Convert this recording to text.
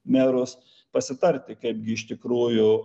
merus pasitarti kaipgi iš tikrųjų